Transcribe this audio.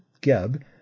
Geb